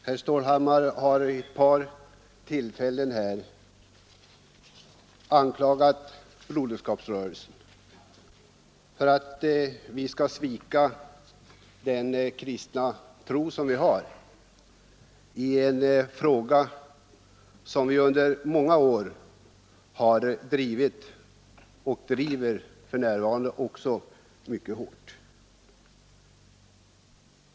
Herr Stålhammar har vid ett par tillfällen anklagat Broderskapsrörelsen för att den skulle svika sin kristna bekännelse i en fråga, som vi under många år har drivit och för närvarande också driver mycket hårt.